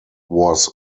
was